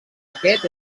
aquest